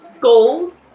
gold